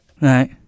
Right